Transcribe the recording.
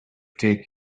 take